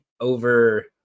over